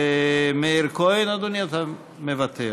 מאיר כהן, אדוני, אתה מוותר,